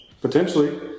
potentially